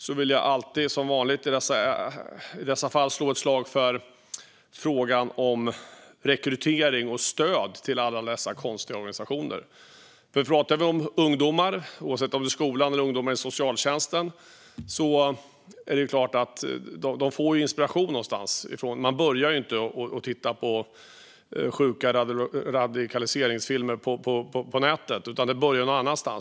Som alltid vill jag även ta upp frågan om rekrytering och stöd till alla konstiga organisationer. Ungdomar, både inom socialtjänsten och i skolan, får inspiration någonstans ifrån. Man börjar inte med att titta på sjuka radikaliseringsfilmer på nätet, utan det börjar någon annanstans.